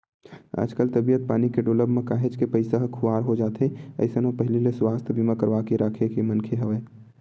आजकल तबीयत पानी के डोलब म काहेच के पइसा ह खुवार हो जाथे अइसन म पहिली ले सुवास्थ बीमा करवाके के राखे मनखे ह